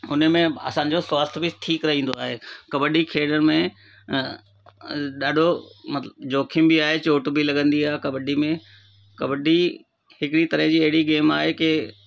उन में असांजो स्वास्थ्य बि ठीकु रहंदो आहे कबडी खेॾण में अ ॾाढो जोखिम बि आहे चोट बि लॻंदी आहे कबडी में कबडी हिकिड़ी तरह जी अहिड़ी गेम आहे की